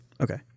Okay